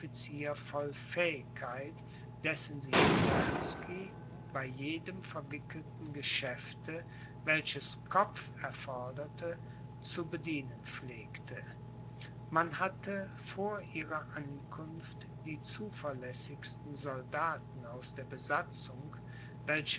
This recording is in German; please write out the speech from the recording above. voll fähigkeit dessen sich terzky bei jedem verwickelten geschäfte welches kopf erforderte zu bedienen pflegte man hatte vor ihrer ankunft die zuverlässigsten soldaten aus der besatzung welche